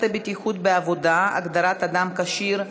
הבטיחות בעבודה (הגדרת אדם כשיר),